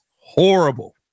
horrible